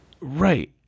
Right